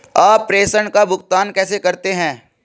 आप प्रेषण का भुगतान कैसे करते हैं?